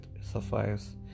sapphires